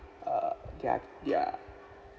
uh their their